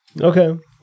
Okay